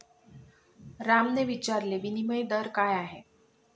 रामने विचारले, विनिमय दर काय आहे?